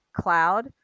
Cloud